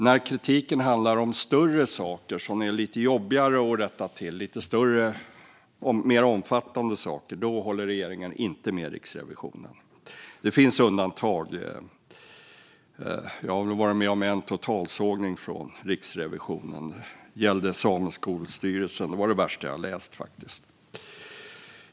När kritiken handlar om större saker som är lite jobbigare att rätta till, lite mer omfattande saker, då håller regeringen inte med Riksrevisionen. Det finns undantag. Jag har varit med om en totalsågning från Riksrevisionen. Det gällde Sameskolstyrelsen. Det var det värsta jag läst, faktiskt.